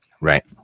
right